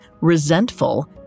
resentful